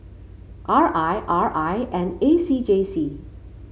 R I R I and A C J C